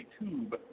tube